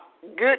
good